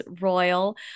royal